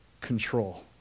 control